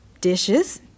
Dishes